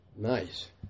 Nice